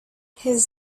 his